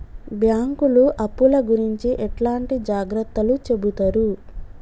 బ్యాంకులు అప్పుల గురించి ఎట్లాంటి జాగ్రత్తలు చెబుతరు?